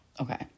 Okay